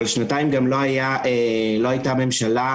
אבל שנתיים גם לא הייתה ממשלה,